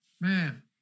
Man